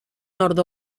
nord